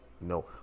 no